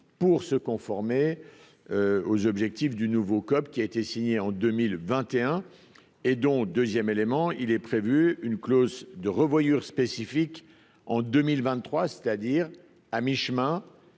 pour se conformer aux objectifs du nouveau code qui a été signé en 2021 et donc 2ème élément, il est prévu une clause de revoyure spécifique en 2023, c'est-à-dire à mi-chemin